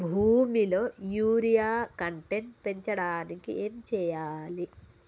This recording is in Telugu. భూమిలో యూరియా కంటెంట్ పెంచడానికి ఏం చేయాలి?